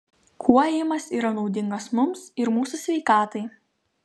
kuo ėjimas yra naudingas mums ir mūsų sveikatai